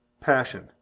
passion